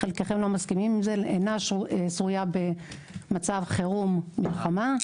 אינה שרויה במצב חירום מלחמה.